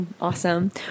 Awesome